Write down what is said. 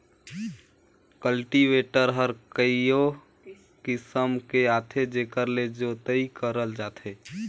cultivator हर कयो किसम के आथे जेकर ले जोतई करल जाथे